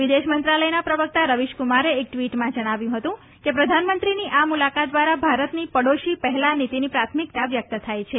વિદેશ મંત્રાલયના પ્રવક્તા રવિશકુમારે એક ટ્વીટમાં જણાવ્યું હતું કે પ્રધાનમંત્રીની આ મુલાકાત દ્વારા ભારતની પાડોશી પહેલા નીતિની પ્રાથમિકતા વ્યક્ત થાય છે